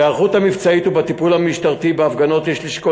בהיערכות המבצעית ובטיפול המשטרתי בהפגנות יש לשקול